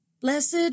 Blessed